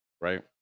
right